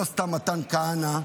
לא סתם מתן כהנא,